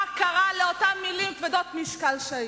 מה קרה לאותן מלים כבדות משקל?